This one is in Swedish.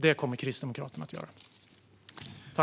Det kommer Kristdemokraterna att göra.